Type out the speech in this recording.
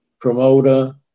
promoter